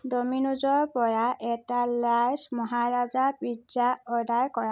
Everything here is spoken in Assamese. ড'মিনোজৰ পৰা এটা লাৰ্জ মহাৰাজা পিজ্জা অৰ্ডাৰ কৰা